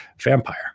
vampire